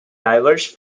diverged